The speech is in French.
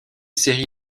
série